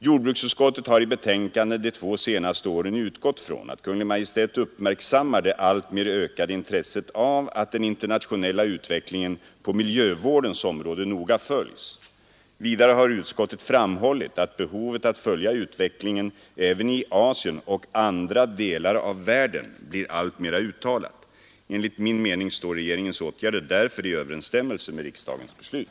Jordbruksutskottet har i betänkanden de två senaste åren utgått från att Kungl. Maj:t uppmärksammar det alltmer ökade intresset av att den internationella utvecklingen på miljövårdens område noga följs. Vidare har utskottet framhållit att behovet att följa utvecklingen även i Asien och andra delar av världen blir alltmera uttalat. Enligt min mening står regeringens åtgärder därför i överensstämmelse med riksdagens beslut.